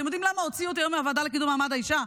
אתם יודעים למה הוציאו אותי היום מהוועדה לקידום מעמד האישה?